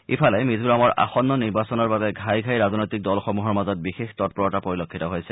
ইফালে মিজোৰামৰ আসন্ন নিৰ্বাচনৰ বাবে ঘাই ঘাই ৰাজনৈতিক দলসমূহৰ মাজত বিশেষ তৎপৰতা পৰিলক্ষিত হৈছে